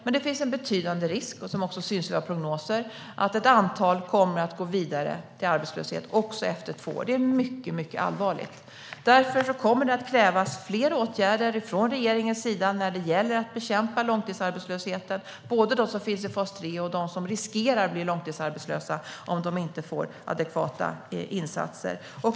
Men det finns en betydande risk, som också syns i våra prognoser, att ett antal kommer att gå vidare till arbetslöshet också efter två år. Det är mycket allvarligt. Därför kommer det att krävas fler åtgärder från regeringens sida när det gäller att bekämpa långtidsarbetslösheten. Det handlar både om dem som finns i fas 3 och om dem som riskerar att bli långtidsarbetslösa om de inte får adekvata insatser.